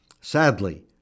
Sadly